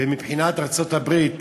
ומבחינת ארצות-הברית,